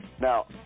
now